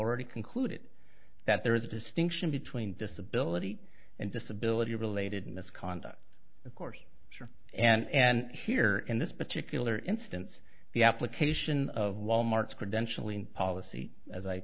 already concluded that there is a distinction between disability and disability related misconduct of course sure and here in this particular instance the application of wal mart's credentialing policy as i